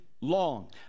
long